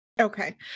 Okay